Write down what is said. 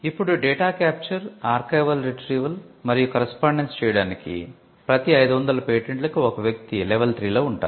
ఇప్పుడు data capture archival retrieval మరియు correspondence చేయడానికి ప్రతీ 500 పేటెంట్లకు ఒక వ్యక్తి లెవెల్ ౩ లో ఉంటారు